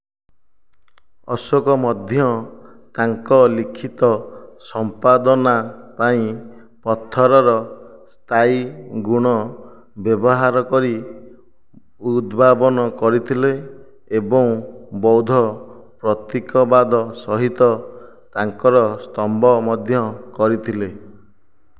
ଅଶୋକ ମଧ୍ୟ ତାଙ୍କ ଲିଖିତ ସମ୍ପାଦନା ପାଇଁ ପଥରର ସ୍ଥାୟୀ ଗୁଣ ବ୍ୟବହାର କରି ଉଦ୍ଭାବନ କରିଥିଲେ ଏବଂ ବୌଦ୍ଧ ପ୍ରତୀକବାଦ ସହିତ ତାଙ୍କର ସ୍ତମ୍ଭ ମଧ୍ୟ କରିଥିଲେ